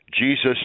Jesus